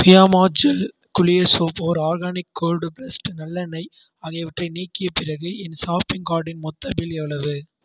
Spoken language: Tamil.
ஃபியாமா ஜெல் குளியல் சோப் ஒரு ஆர்கானிக் கோல்ட் ப்ரஸ்டு நல்லெண்ணெய் ஆகியவற்றை நீக்கிய பிறகு என் ஷாப்பிங் கார்டின் மொத்த பில் எவ்வளவு